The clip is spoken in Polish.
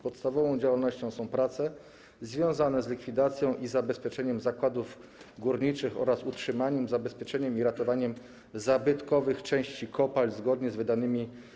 Podstawową działalnością są prace związane z likwidacją i zabezpieczeniem zakładów górniczych oraz utrzymaniem, zabezpieczeniem i ratowaniem zabytkowych części kopalń zgodnie z wydanymi